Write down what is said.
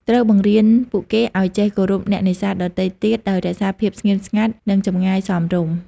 ត្រូវបង្រៀនពួកគេឱ្យចេះ គោរពអ្នកនេសាទ ដទៃទៀតដោយរក្សាភាពស្ងៀមស្ងាត់និងចម្ងាយសមរម្យ។